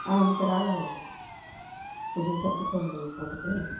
ఇంకా రావులేండి కొద్దిగా సర్దుకోండి ఈ పూటకి